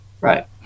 Right